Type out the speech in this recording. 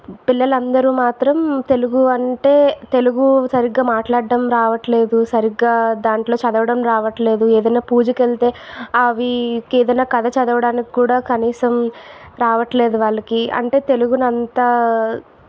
పిల్లలందరూ మాత్రం తెలుగు అంటే తెలుగు సరిగ్గా మాట్లాడం రావట్లేదు సరిగ్గా దాంట్లో చదవడం రావట్లేదు ఏదైనా పూజకి వెళ్తే అవి ఏదైనా కధ చదవటానికి కూడా కనీసం రావట్లేదు వాళ్ళకి అంటే తెలుగునంత